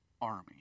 army